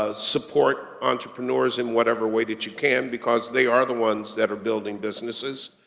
ah support entrepreneurs in whatever way that you can because they are the ones that are building businesses.